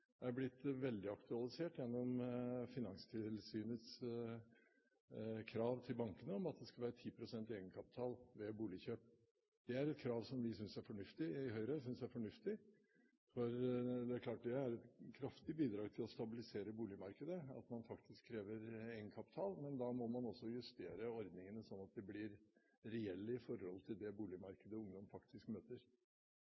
blitt veldig aktualisert gjennom Finanstilsynets krav til bankene om at det skal være 10 pst. egenkapital ved boligkjøp. Det er et krav som Høyre synes er fornuftig, for det er klart at det er et kraftig bidrag til å stabilisere boligmarkedet at man faktisk krever egenkapital. Men da må man også justere ordningene, slik at de blir reelle i forhold til det